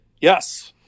yes